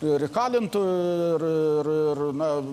ir įkalintų ir ir na